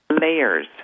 layers